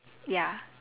ya